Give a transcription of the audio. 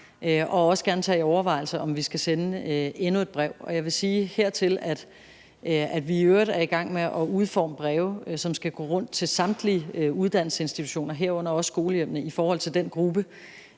vil også gerne tage nogle overvejelser om, om vi skal sende endnu et brev. Jeg vil sige hertil, at vi i øvrigt er i gang med at udforme breve, som skal gå rundt til samtlige uddannelsesinstitutioner, herunder også skolehjemmene, i forhold til den gruppe,